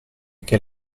che